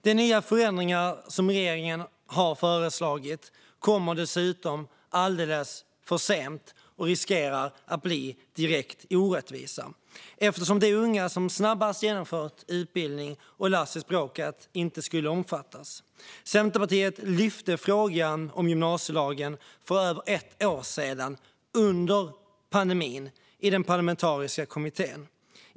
De nya förändringar som regeringen har föreslagit kommer dessutom alldeles för sent och riskerar att bli direkt orättvisa, eftersom de unga som snabbast genomfört utbildning och lärt sig språket inte skulle omfattas. Centerpartiet lyfte frågan om gymnasielagen för över ett år sedan, under pandemin, i den parlamentariska kommittén.